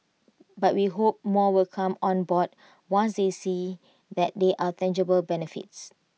but we hope more will come on board once they see that there are tangible benefits